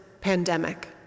Pandemic